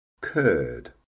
curd